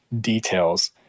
details